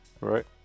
Right